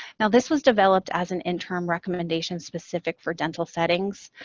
now, this was developed as an interim recommendation specific for dental settings.